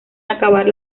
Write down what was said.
acabar